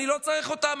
אני לא צריך אותם,